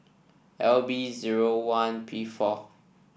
L B zero one P four